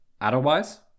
Otherwise